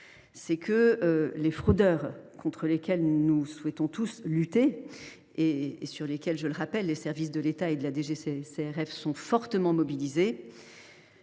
c’est que les fraudeurs contre lesquels nous souhaitons tous lutter – et je rappelle que les services de l’État et de la DGCCRF sont fortement mobilisés